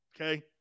okay